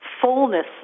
fullness